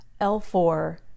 L4